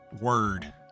Word